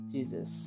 Jesus